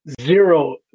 zero